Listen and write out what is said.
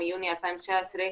מיוני 2019,